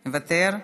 מוותר,